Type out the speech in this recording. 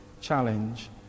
challenge